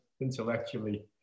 intellectually